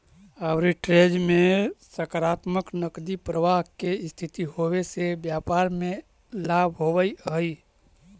arbitrage में सकारात्मक नकदी प्रवाह के स्थिति होवे से व्यापार में लाभ होवऽ हई